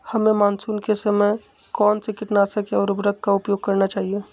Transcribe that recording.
हमें मानसून के समय कौन से किटनाशक या उर्वरक का उपयोग करना चाहिए?